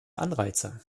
anreize